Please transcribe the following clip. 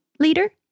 leader